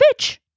bitch